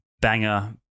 banger